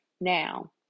Now